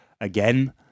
again